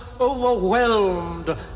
overwhelmed